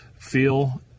feel